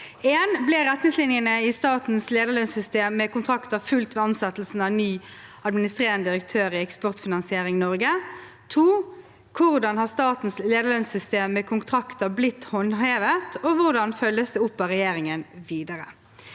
1. Ble retningslinjene i statens lederlønnssystem med kontrakter fulgt ved ansettelsen av ny administrerende direktør i Eksportfinansiering Norge? 2. Hvordan har statens lederlønnssystem med kontrakter blitt håndhevet, og hvordan følges det opp av regjeringen videre?